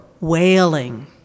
wailing